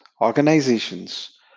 organizations